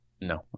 No